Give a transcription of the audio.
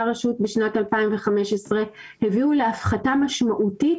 הרשות בשנת 2015 הביאו להפחתה משמעותית,